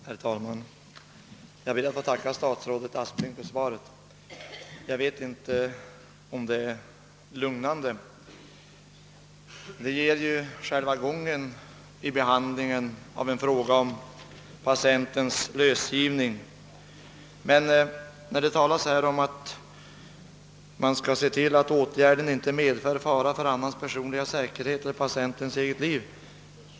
Herr talman! Jag ber att få tacka statsrådet Aspling för svaret. Jag vet inte om det är lugnände. Det redogör för själva behandlingsgången i en fråga om patients frisläppande. Det talas här om att man skall se till att inte åtgärden medför fara för anhans personliga säkerhet eller för patientens eget liv.